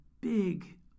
big